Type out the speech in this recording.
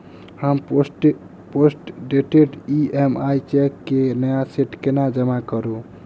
हम postdated EMI cheque केँ नया सेट केना जमा करू?